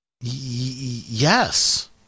yes